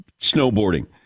snowboarding